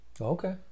Okay